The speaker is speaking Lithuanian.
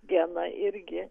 dieną irgi